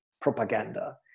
propaganda